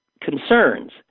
concerns